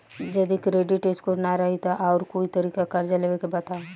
जदि credit score ना रही त आऊर कोई तरीका कर्जा लेवे के बताव?